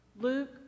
Luke